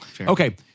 Okay